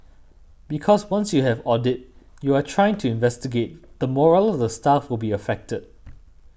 because once you have audit you are trying to investigate the morale of the staff will be affected